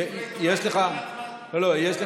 אל תחנך אותנו, אדוני היושב-ראש, יש לי מספיק זמן?